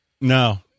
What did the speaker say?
No